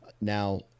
now